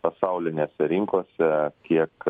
pasaulinėse rinkose kiek